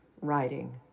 writing